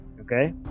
Okay